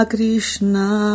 Krishna